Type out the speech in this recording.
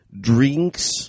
drinks